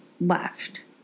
left